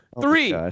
Three